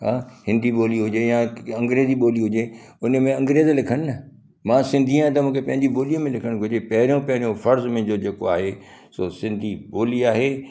हा हिंदी ॿोली हुजे या अंग्रेजी ॿोली हुजे उन में अंग्रेज लिखनि न मां सिंधी आहियां त मूंखे पंहिंजी ॿोलीअ में लिखणु घुरिजे पहिरियों पहिरियों फर्ज़ मुंहिंजो जेको आहे सो सिंधी ॿोली आहे